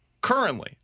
Currently